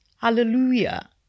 Hallelujah